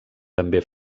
també